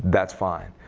that's fine.